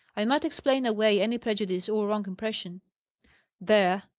i might explain away any prejudice or wrong impression there,